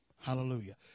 Hallelujah